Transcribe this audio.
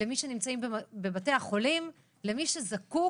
למי שנמצא בבתי החולים וזקוק